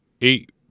Eight